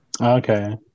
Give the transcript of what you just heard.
okay